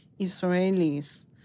Israelis